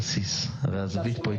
מוקלטת